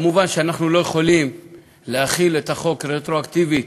מובן שאנחנו לא יכולים להחיל את החוק רטרואקטיבית,